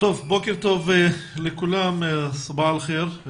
בוקר טוב לכולם, סבאח אלחיר.